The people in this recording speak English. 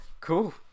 cool